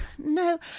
no